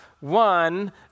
one